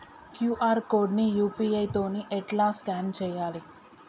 QR code ని UPI తోని ఎట్లా స్కాన్ చేయాలి?